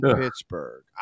Pittsburgh